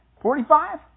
Forty-five